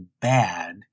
bad